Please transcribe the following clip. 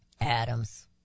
Adams